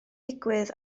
digwydd